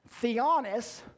Theonis